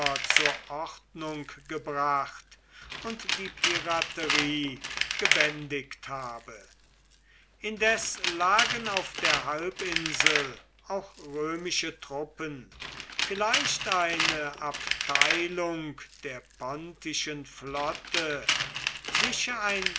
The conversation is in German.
zur ordnung gebracht und die piraterie gebändigt habe indes lagen auf der halbinsel auch römische truppen vielleicht eine abteilung der pontischen flotte sicher ein